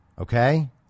Okay